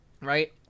Right